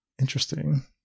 Interesting